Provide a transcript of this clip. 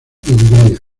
hungría